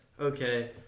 okay